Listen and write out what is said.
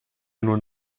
nun